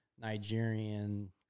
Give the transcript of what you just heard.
Nigerian